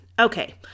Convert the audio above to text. Okay